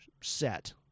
set